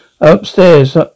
Upstairs